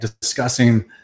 discussing